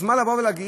אז מה לבוא ולהגיד?